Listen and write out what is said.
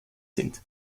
sind